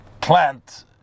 plant